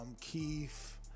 Keith